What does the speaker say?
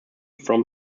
from